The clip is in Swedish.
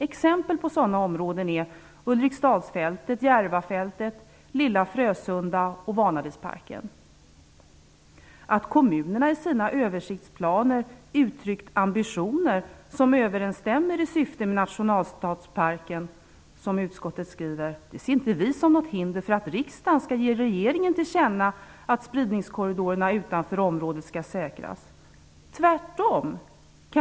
Exempel på sådana områden är Att kommunerna i sina översiktsplaner uttryckt ambitioner som överensstämmer i syfte med intentionerna med nationalstadsparken - som utskottet skriver - ser inte utskottet som något hinder för att riksdagen skall ge regeringen till känna att spridningskorridorerna utanför området skall säkras. Tvärtom!